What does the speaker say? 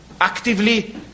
actively